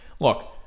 Look